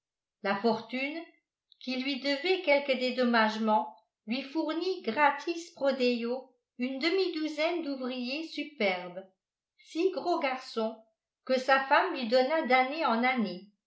la fortune qui lui devait quelques dédommagements lui fournit gratis pro deo une demi-douzaine d'ouvriers superbes six gros garçons que sa femme lui donna d'année en année